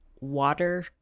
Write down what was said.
water